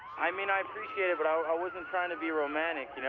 i mean, i appreciate it, but i wasn't trying to be romantic, you know?